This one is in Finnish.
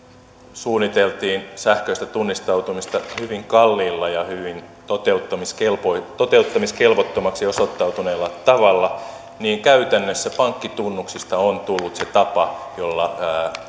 suunniteltiin sähköistä tunnistautumista hyvin kalliilla ja hyvin toteuttamiskelvottomaksi toteuttamiskelvottomaksi osoittautuneella tavalla niin käytännössä pankkitunnuksista on tullut se tapa jolla